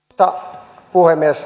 arvoisa puhemies